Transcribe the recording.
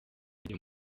igihe